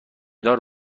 دار